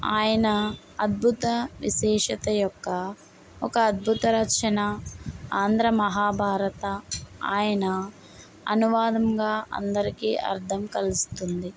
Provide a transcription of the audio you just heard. ఆయన అద్భుత విశేషత యొక్క ఒక అద్భుత రచన ఆంధ్ర మహాభారత ఆయన అనువాదంగా అందరికీ అర్థం కలుస్తుంది